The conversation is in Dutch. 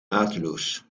mateloos